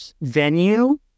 venue